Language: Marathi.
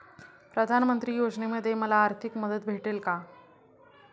प्रधानमंत्री योजनेमध्ये मला आर्थिक मदत भेटेल का?